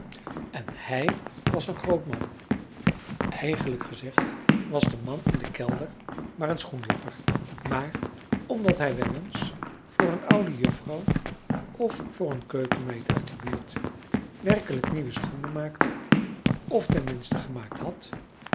en hij was een groot man eigenlijk gezegd was de man in de kelder maar een schoenfrançois haverschmidt familie en kennissen lapper maar omdat hij wel eens voor een oude juffrouw of voor een keukenmeid uit de buurt werkelijk nieuwe schoenen maakte of ten minste gemaakt had